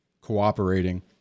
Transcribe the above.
cooperating